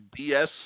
BS